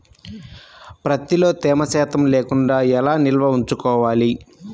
ప్రత్తిలో తేమ శాతం లేకుండా ఎలా నిల్వ ఉంచుకోవాలి?